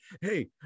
Hey